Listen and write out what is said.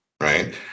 right